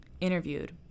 interviewed